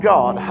God